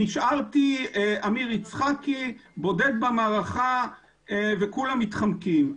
נשארתי עמיר יצחקי בודד במערכה וכולם מתחמקים.